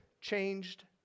changed